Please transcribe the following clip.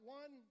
one